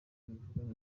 bubivugaho